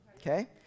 okay